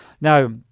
Now